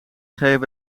geven